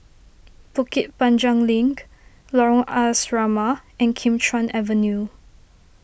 Bukit Panjang Link Lorong Asrama and Kim Chuan Avenue